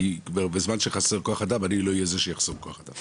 כי בזמן שחסר כוח אדם אני לא אהיה זה שיחסום עוד כוח אדם.